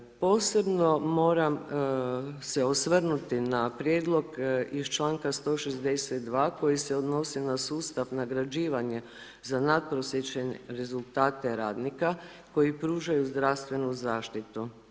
Posebno moram se osvrnuti na prijedlog iz članka 162. koji se odnosi na sustav nagrađivanja za natprosječne rezultate radnika koji pružaju zdravstvenu zaštitu.